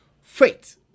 faith